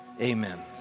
Amen